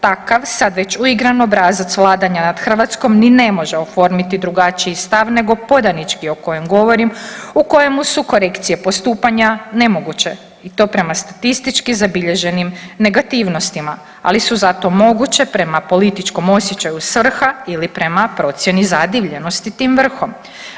Takav sad već uigran obrazac vladanja nad Hrvatskom ni ne može oformiti drugačiji stav nego podanički o kojem govorim u kojemu su korekcije postupanja nemoguće i to prema statistički zabilježenim negativnostima ali su zato moguće prema političkom osjećaju s vrha ili prema procijeni zadivljenosti tim vrhom.